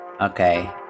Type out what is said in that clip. okay